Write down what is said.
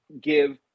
give